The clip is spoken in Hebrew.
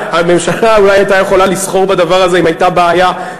הממשלה אולי הייתה יכולה לסחור בדבר הזה אם הייתה בעיה,